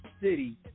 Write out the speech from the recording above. City